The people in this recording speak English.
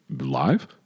Live